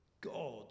God